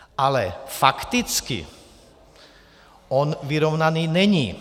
Ale fakticky on vyrovnaný není.